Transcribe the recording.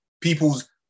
People's